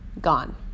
gone